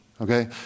Okay